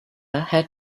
had